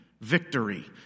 victory